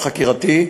חקירתי,